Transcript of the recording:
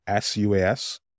SUAS